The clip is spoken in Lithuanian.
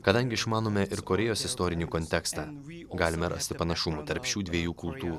kadangi išmanome ir korėjos istorinį kontekstą galime rasti panašumų tarp šių dviejų kultūrų